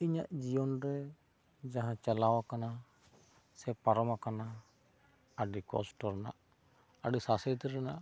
ᱤᱧᱟᱹᱜ ᱡᱤᱭᱚᱱ ᱨᱮ ᱡᱟᱦᱟᱸ ᱪᱟᱞᱟᱣ ᱟᱠᱟᱱᱟ ᱥᱮ ᱯᱟᱨᱚᱢ ᱟᱠᱟᱱᱟ ᱟᱹᱰᱤ ᱠᱚᱥᱴᱚ ᱨᱮᱱᱟᱜ ᱟᱹᱰᱤ ᱥᱟᱥᱮᱛ ᱨᱮᱱᱟᱜ